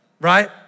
right